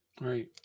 Right